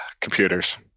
Computers